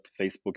Facebook